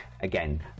again